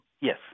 Yes